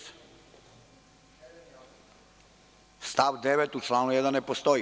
Stav 9. u članu 1. ne postoji.